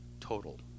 total